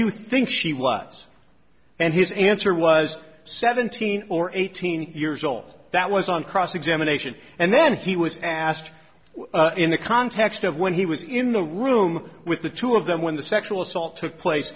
you think she was and his answer was seventeen or eighteen years old that was on cross examination and then he was asked in the context of when he was in the room with the two of them when the sexual assault took place